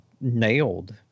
nailed